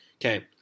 Okay